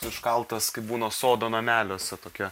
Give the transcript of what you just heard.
užkaltas kaip būna sodo nameliuose tokia